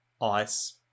Ice